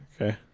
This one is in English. Okay